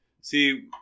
see